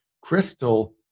Crystal